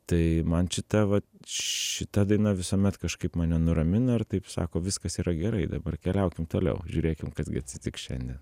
tai man šita va šita daina visuomet kažkaip mane nuramina ir taip sako viskas yra gerai dabar keliaukim toliau žiūrėkim kas gi atsitiks šiandien